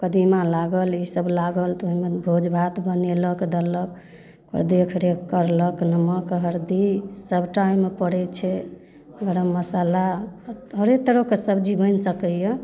कदीमा लागल ईसब लागल तऽ ओहिमे भोज भात बनेलक देलक ओकर देखरेख करलक नमक हरदि सबटा ओहिमे पड़ै छै गरम मसल्ला हरेक तरहके सब्जी बनि सकैए